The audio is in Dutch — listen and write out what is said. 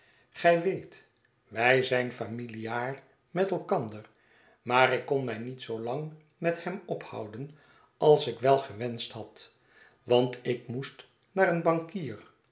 gij weet wij zijn familiaar met elkander maar ik kon mij niet zoo lang met hem ophouden als ik wel gewenscht had want ik moest naar een bankier